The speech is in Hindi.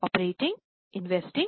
ऑपरेटिंग